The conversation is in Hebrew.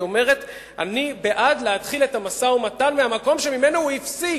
אומרת הגברת לבני: אני בעד להתחיל את המשא-ומתן מהמקום שבו הוא נפסק.